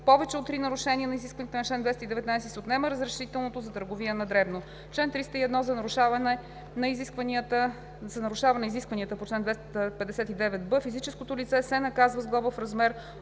повече от три нарушения на изискванията на чл. 219 се отнема разрешителното за търговия на дребно. Чл. 301. За нарушаване изискванията на чл. 259б физическото лице се наказва с глоба в размер